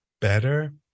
better